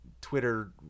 Twitter